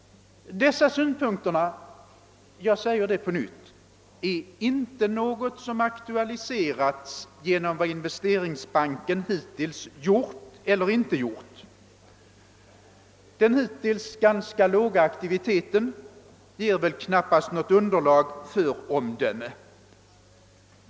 Dessa synpunkter har inte aktualiserats genom vad Investeringsbanken hittills har gjort eller inte gjort — jag säger det på nytt. Den hittills ganska låga aktiviteten ger knappast något underlag för omdöme.